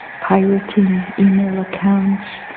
pirating email accounts,